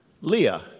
Leah